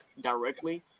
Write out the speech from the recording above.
directly